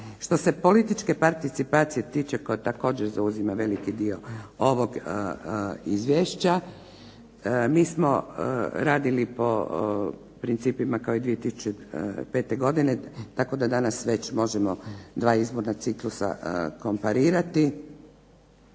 Što se političke participacije tiče koja također zauzima veliki dio ovog izvješća, mi smo radili po principima kao i 2005. godine tako da danas već možemo dva izborna ciklusa komparirati